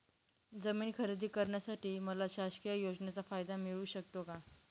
जमीन खरेदी करण्यासाठी मला शासकीय योजनेचा फायदा मिळू शकतो का?